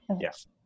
yes